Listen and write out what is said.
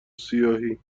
سیاهی